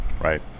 right